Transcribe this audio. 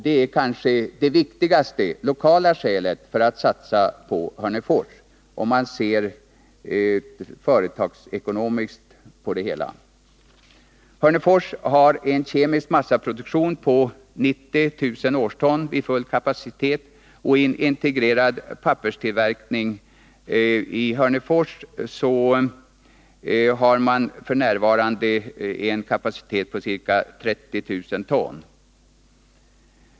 Det är kanske det viktigaste lokala skälet för att satsa på Hörnefors, om man ser företagsekonomiskt på det hela. Hörnefors har en kemisk massaproduktion på 90 000 årston vid full kapacitet och en integrerad papperstillverkning på ca 30 000 ton.